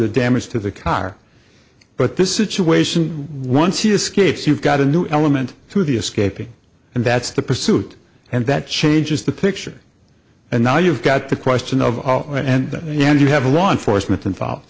the damage to the car but this situation once he escapes you've got a new element to the escapee and that's the pursuit and that changes the picture and now you've got the question of and yet you have a law enforcement